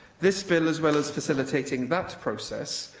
this bill, as well as facilitating that process,